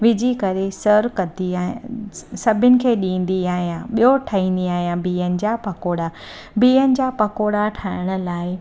विझी करे सर्व कंदी आहियां सभिनि खे ॾींदी आयां ॿियो ठाहींदी आहियां बीहनि जा पकोड़ा बीहनि जा पकौड़ा ठाहिण लाइ